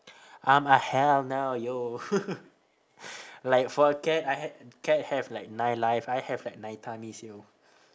I'm like hell no yo like for a cat I hav~ cat have like nine life I have like nine tummies yo